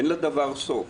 אין לדבר סוף.